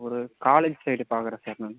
ஒரு college side பார்க்குறேன் sir நான்